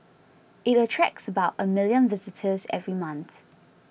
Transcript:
it attracts about a million visitors every month